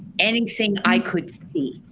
anything i could see.